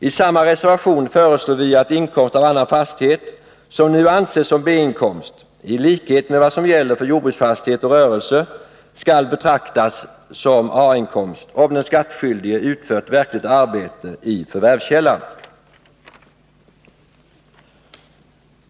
I samma reservation föreslår vi att inkomst av annan fastighet som nu anses som B-inkomst, i likhet med vad som gäller för jordbruksfastighet och rörelse, skall betraktas som A-inkomst om den skattskyldige utfört verkligt arbete i förvärvskällan.